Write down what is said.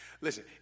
Listen